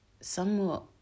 somewhat